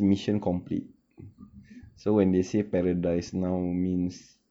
mmhmm